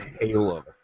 Halo